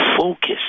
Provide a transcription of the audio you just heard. focus